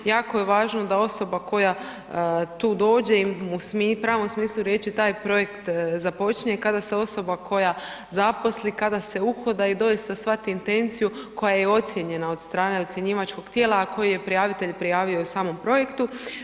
Jako je važno da osoba koja tu dođe u pravom smislu riječi taj projekt započinje, kada se osoba koja se zaposli kada se uhoda i doista shvati intenciju koja je ocijenjena od strane ocjenjivačkog tijela, a koji je prijavitelj prijavio u samom projektu.